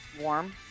warm